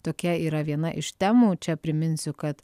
tokia yra viena iš temų čia priminsiu kad